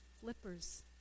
flippers